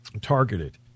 targeted